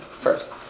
first